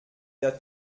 der